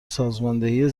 سازماندهی